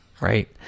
Right